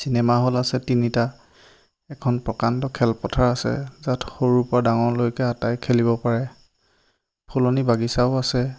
cinema hall আছে তিনিটা এখন প্ৰকাণ্ড খেলপথাৰ আছে য'ত সৰুৰ পৰা ডাঙৰৰলৈকে আটায়ে খেলিব পাৰে ফুলনি বাগিচাও আছে